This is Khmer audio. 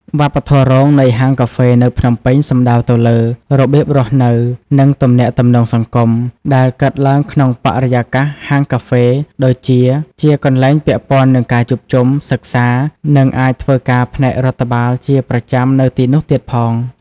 វប្បធម៌រងនៃហាងកាហ្វេនៅភ្នំពេញសំដៅទៅលើ របៀបរស់នៅ និងទំនាក់ទំនងសង្គម ដែលកើតឡើងក្នុងបរិយាកាសហាងកាហ្វេ ដូចជា ជាកន្លែងពាក់ព័ន្ធនឹងការជួបជុំ សិក្សា និងអាចធ្វើការផ្នែករដ្ឋបាលជាប្រចាំនៅទីនោះទៀតផង។